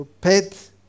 pet